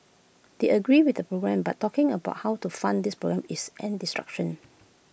they agree with the programmes but talking about how to fund these programmes is an distraction